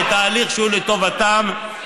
ותהליך שהוא לטובתם.